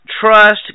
trust